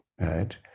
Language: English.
right